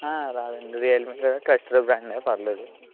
రాదండి రియల్మీ కదా trustable brand పర్లేదు